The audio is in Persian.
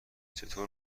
چطور